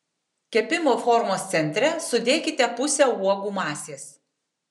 kepimo formos centre sudėkite pusę uogų masės